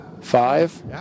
five